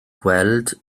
gweld